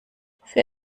für